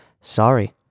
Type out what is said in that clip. Sorry